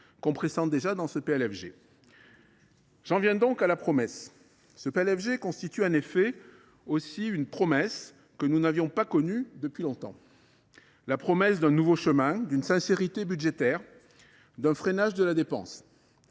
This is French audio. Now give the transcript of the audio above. l’on pressent déjà dans ce PLFG. J’en viens donc à la promesse. C’est une promesse que nous n’avions pas connue depuis longtemps, la promesse d’un nouveau chemin, d’une sincérité budgétaire, d’un freinage de la dépense…